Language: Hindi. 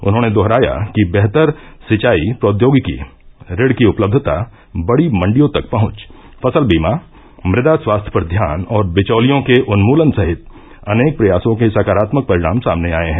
उन्होंने दोहराया कि बेहतर सिंचाई प्रौदयोगिकी ऋण की उपलब्धता बडी मंडियों तक पहंच फसल बीमा मृदा स्वास्थ्य पर ध्यान और बिचौलियों के उन्मूलन सहित अनेक प्रयासों के सकारात्मक परिणाम सामने आये हैं